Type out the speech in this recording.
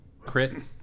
crit